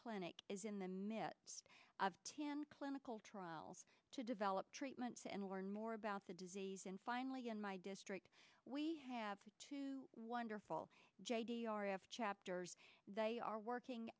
clinic is in the midst of ten clinical trials to develop treatments and learn more about the disease and finally in my district we have two wonderful j d r f chapters they are working